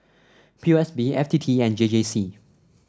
P O S B F T T and J J C